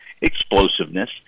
explosiveness